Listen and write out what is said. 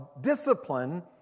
discipline